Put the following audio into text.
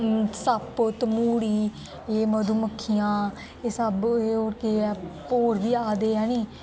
सप्प तम्हूड़ी एह् मधुमक्खी जां एह् सब केह् है भौर बी आक्खदे है नी